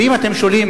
ואם אתם שואלים,